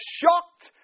shocked